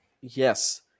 Yes